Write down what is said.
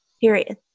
Period